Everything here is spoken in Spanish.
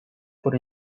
por